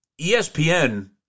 ESPN